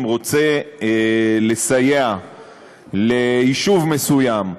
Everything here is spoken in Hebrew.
רוצה לסייע ליישוב מסוים,